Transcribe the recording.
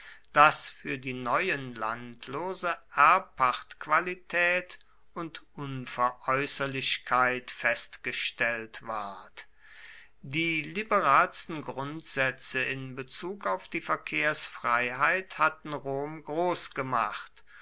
daß für die neuen landlose erbpachtqualität und unveräußerlichkeit festgestellt ward die liberalsten grundsätze in bezug auf die verkehrsfreiheit hatten rom groß gemacht